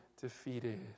defeated